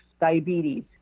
diabetes